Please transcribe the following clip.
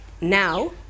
now